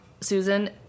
susan